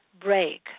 break